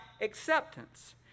acceptance